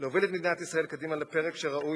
להוביל את מדינת ישראל קדימה לפרק שראוי לה